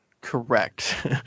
correct